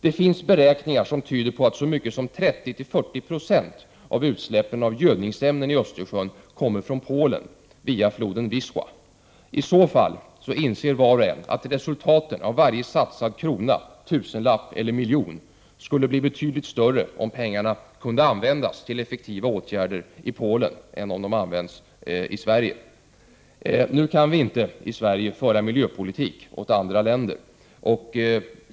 Det finns beräkningar som tyder på att så mycket som 30—40 96 av utsläppen av gödningsämnen i Östersjön kommer från Polen via floden Wisla. I så fall inser var och en att resultaten av varje satsad krona, tusenlapp eller miljon skulle kunna bli betydligt större om pengarna kunde användas till effektiva åtgärder i Polen än om de används helt och hållet i Sverige. Nu kan vi inte i Sverige föra miljöpolitik åt andra länder.